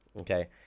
Okay